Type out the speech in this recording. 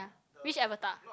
which Avatar